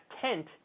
tent